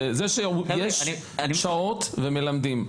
יש שעות ומלמדים,